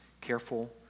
careful